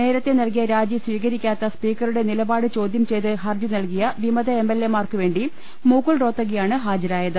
നേരത്തെ നൽകിയ രാജി സ്വീകരിക്കാത്ത സ്പീക്കറുടെ നിലപാട് ചോദ്യം ചെയ്ത് ഹർജി നൽകിയ വിമത എംഎൽഎ മാർക്കു വേണ്ടി മുകൂൾ റോത്തഗിയാണ് ഹാജരായത്